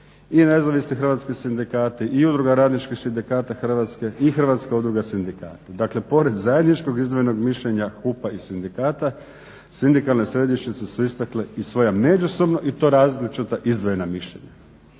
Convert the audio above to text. i Nezavisnih hrvatskih sindikati i Udruga radničkih sindikata Hrvatske i Hrvatska udruga sindikata. Dakle, pored zajedničkog izdvojenog mišljenja HUP-a i sindikata sindikalne središnjice su istakle i svoja međusobna i to različita izdvojena mišljenja.